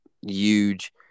huge